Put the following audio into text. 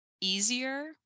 easier